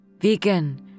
Vegan